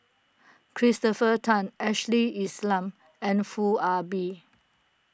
Christopher Tan Ashley Isham and Foo Ah Bee